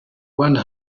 one